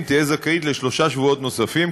תהיה זכאית לשלושה שבועות נוספים,